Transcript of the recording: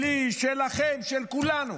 שלי, שלכם, של כולנו,